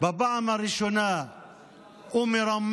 בפעם הראשונה הוא מרמה